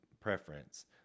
preference